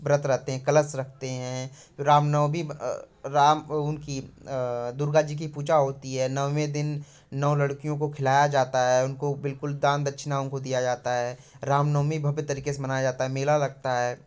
व्रत रहते हैं कलस रखते हैं रामनवमी राम उनकी दुर्गा जी की पूजा होती है नवमें दिन नौ लड़कियों को खिलाया जाता है और उनको बिल्कुल दान दक्षिणा उनको दिया जाता है रामनवमी भव्य तरीके से मनाया जाता है मेला लगता है